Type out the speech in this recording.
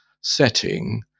setting